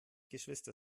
geschwister